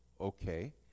Okay